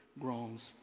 groans